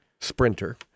Sprinter